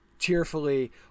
cheerfully